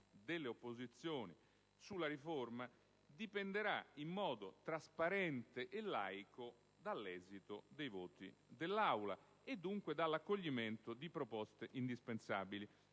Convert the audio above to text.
dell'opposizione - dipenderà, in modo trasparente e laico, dall'esito dei voti dell'Aula e, dunque, dall'accoglimento di modifiche indispensabili.